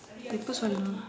எப்போ சொல்லனும்:eppo sollanum